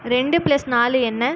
ரெண்டு பிளஸ் நாலு என்ன